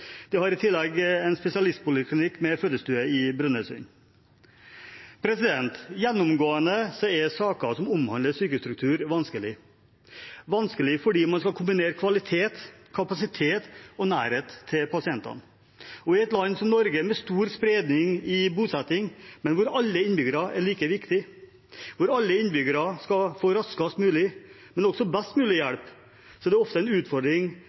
De har i tillegg en spesialistpoliklinikk med fødestue i Brønnøysund. Gjennomgående er saker som omhandler sykehusstruktur, vanskelige fordi man skal kombinere kvalitet, kapasitet og nærhet til pasientene. I et land som Norge – med stor spredning i bosetting, hvor alle innbyggere er like viktige og skal få raskest mulig, men også best mulig, hjelp – er det ofte en utfordring